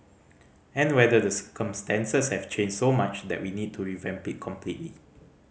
and whether the circumstances have changed so much that we need to revamp it completely